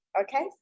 okay